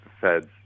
feds